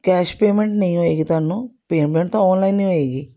cash payment ਨਹੀਂ ਹੋਏਗੀ ਤੁਹਾਨੂੰ ਪੇਮੈਂਟ ਤਾਂ ਔਨਲਾਈਨ ਹੀ ਹੋਏਗੀ